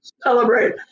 celebrate